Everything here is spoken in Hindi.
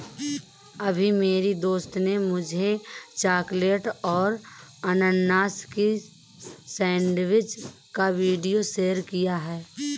अभी मेरी दोस्त ने मुझे चॉकलेट और अनानास की सेंडविच का वीडियो शेयर किया है